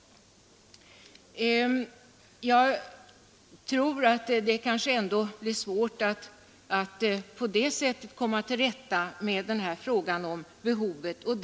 Men det blir kanske ändå svårt att komma till rätta med frågan om behovet på den vägen.